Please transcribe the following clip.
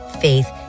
faith